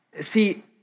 See